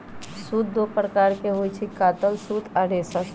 सूत दो प्रकार के होई छई, कातल सूत आ रेशा सूत